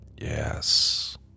Yes